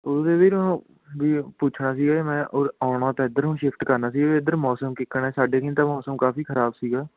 ਇਹਦੇ ਵੀਰ ਵੀ ਪੁੱਛਣਾ ਸੀਗਾ ਮੈਂ ਉ ਆਉਣਾ ਤਾਂ ਇੱਧਰੋਂ ਸ਼ਿਫਟ ਕਰਨਾ ਸੀ ਇੱਧਰ ਮੌਸਮ ਕਿਕਣਾ ਸਾਡੇ ਕਨੀ ਤਾਂ ਮੌਸਮ ਕਾਫੀ ਖਰਾਬ ਸੀਗਾ